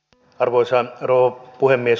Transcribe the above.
arvoisa rouva puhemies